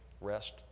rest